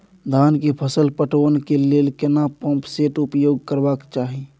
धान के फसल पटवन के लेल केना पंप सेट उपयोग करबाक चाही?